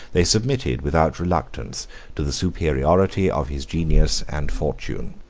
they submitted without reluctance to the superiority of his genius and fortune.